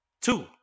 two